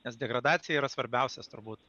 nes degradacija yra svarbiausias turbūt